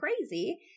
crazy